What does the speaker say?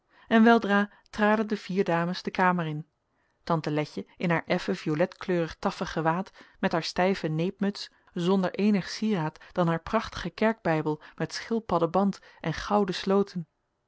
en weldra traden de vier dames de kamer in tante letje in haar effen violetkleurig taffen gewaad met haar stijve neepmuts zonder eenig cieraad dan haar prachtigen kerkbijbel met schildpadden band en gouden sloten